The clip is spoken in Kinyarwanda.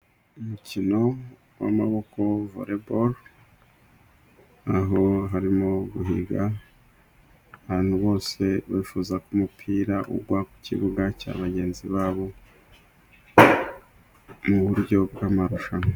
Umukino w'amaboko vore boro aho harimo guhiga, abantu bose bifuza ko umupira ugwa ku kibuga cya bagenzi babo mu buryo bw'amarushanwa.